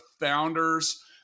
founders